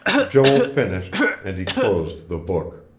joel finished, and he closed the book.